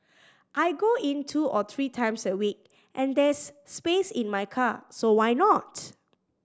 I go in two or three times a week and there's space in my car so why not